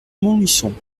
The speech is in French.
montluçon